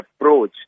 approach